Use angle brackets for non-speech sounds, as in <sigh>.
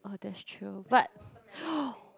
oh that's true but <noise>